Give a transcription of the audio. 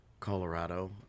Colorado